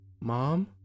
Mom